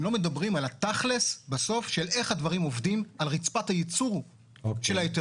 ויצעדו איתנו ביחד בנושא הזה של ביטול הקלות ויצירת עתיד